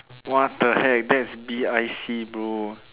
what the hack that is B_I_C bro